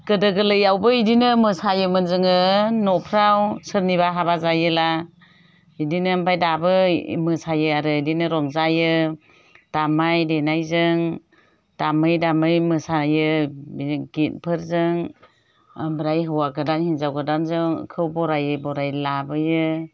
गोदो गोरलैयावबो बेदिनो मोसायोमोन जोङो न'फ्राव सोरनिबा हाबा जायोब्ला बेदिनो ओमफ्राय दाबो मोसायो आरो बेदिनो रंजायो दामनाय देनायजों दामै दामै मोसायो गित फोरजों ओमफ्राय हौवा गोदान हिनजाव गोदानखौ बरायै बरायै लाबोयो